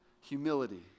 Humility